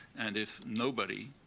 and if nobody,